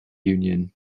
union